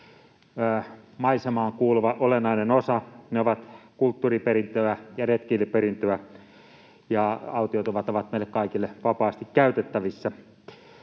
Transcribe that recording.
maisemaan kuuluva olennainen osa. Ne ovat kulttuuriperintöä ja retkeilyperintöä, ja autiotuvat ovat meille kaikille vapaasti käytettävissä.